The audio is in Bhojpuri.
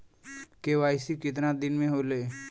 के.वाइ.सी कितना दिन में होले?